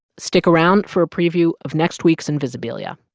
stick around for a preview of next week's invisibilia